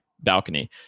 balcony